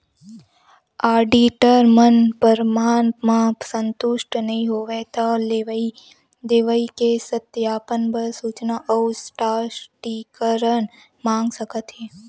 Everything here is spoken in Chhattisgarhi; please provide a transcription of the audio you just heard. आडिटर मन परमान म संतुस्ट नइ होवय त लेवई देवई के सत्यापन बर सूचना अउ स्पस्टीकरन मांग सकत हे